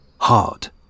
hard